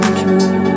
true